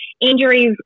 injuries